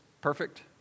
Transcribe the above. perfect